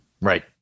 Right